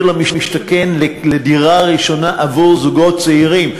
למשתכן לדירה ראשונה עבור זוגות צעירים.